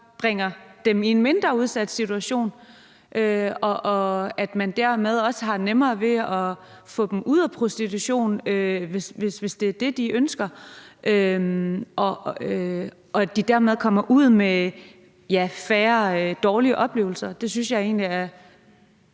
bringer dem i en mindre udsat situation, at man dermed også har nemmere ved at få dem ud af prostitution, hvis det er det, de ønsker, og at de dermed kommer ud med færre dårlige oplevelser. Det synes jeg egentlig er